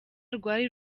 rwari